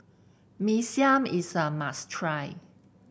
Mee Siam is a must try